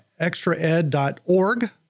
extraed.org